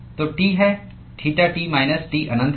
तो T है theta T minus T अनंत है